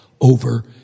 over